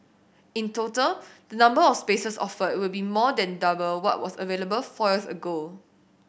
in total the number of spaces offered will be more than double what was available four years ago